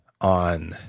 on